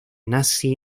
nazi